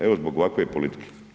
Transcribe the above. Evo zbog ovakve politike.